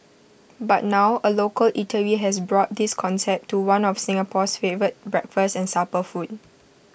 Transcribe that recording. but now A local eatery has brought this concept to one of Singapore's favourite breakfast and supper food